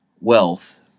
wealth